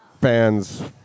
fans